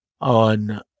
on